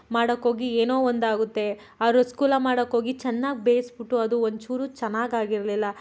ಮಾಡಕ್ಹೋಗಿ ಏನೋ ಒಂದಾಗುತ್ತೆ ಆ ರಸಗುಲ್ಲ ಮಾಡಕ್ಹೋಗಿ ಚೆನ್ನಾಗಿ ಬೇಯಿಸ್ಬಿಟ್ಟು ಅದು ಒಂಚೂರು ಚೆನ್ನಾಗಾಗಿರಲಿಲ್ಲ